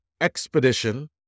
expedition